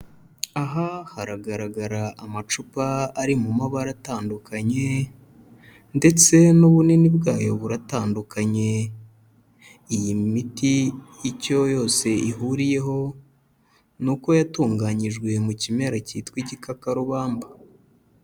Aha haragaragara amacupa ari mu mabara atandukanye ndetse n'ubunini bwayo buratandukanye. Iyi miti icyo yose ihuriyeho ni uko yatunganyijwe mu kimera cyitwa igikakarubamba.